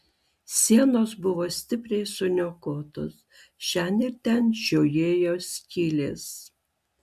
sienos buvo stipriai suniokotos šen ir ten žiojėjo skylės